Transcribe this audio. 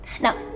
Now